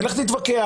ולך תתווכח.